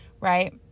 right